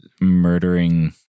murdering